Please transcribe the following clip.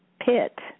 pit